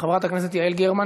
חברת הכנסת יעל גרמן.